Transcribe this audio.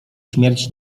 śmierć